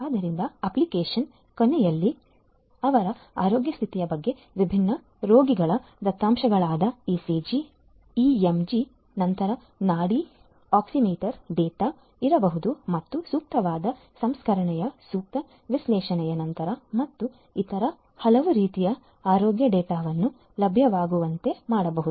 ಆದ್ದರಿಂದ ಅಪ್ಲಿಕೇಶನ್ನ ಕೊನೆಯಲ್ಲಿ ಅವರ ಆರೋಗ್ಯ ಸ್ಥಿತಿಯ ಬಗ್ಗೆ ವಿಭಿನ್ನ ರೋಗಿಗಳ ದತ್ತಾಂಶಗಳಾದ ಇಸಿಜಿ ಇಎಮ್ಜಿ ನಂತರ ನಾಡಿ ಆಕ್ಸಿಮೀಟರ್ ಡೇಟಾ ಇರಬಹುದು ಮತ್ತು ಸೂಕ್ತವಾದ ಸಂಸ್ಕರಣೆಯ ಸೂಕ್ತ ವಿಶ್ಲೇಷಣೆಯ ನಂತರ ಮತ್ತು ಇತರ ಹಲವು ರೀತಿಯ ಆರೋಗ್ಯ ಡೇಟಾವನ್ನು ಲಭ್ಯವಾಗುವಂತೆ ಮಾಡಬಹುದು